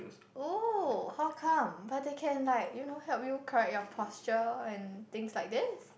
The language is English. oh how come but they can like you know help you correct your posture and things like this